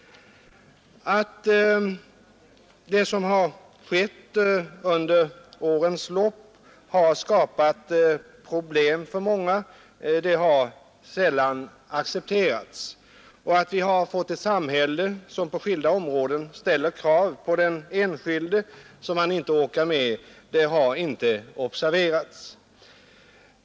Att det som har skett under årens lopp har skapat problem för många har sällan accepterats, och att vi har fått ett samhälle, som på skilda områden ställer krav på den enskilde som han inte orkar med, har inte observerats.